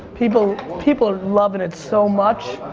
people people are loving it so much.